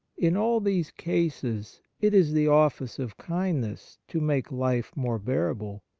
in all these cases it is the office of kindness to make life more bear able,